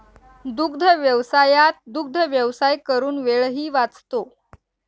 दुग्धव्यवसायात दुग्धव्यवसाय करून वेळही वाचतो